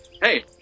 hey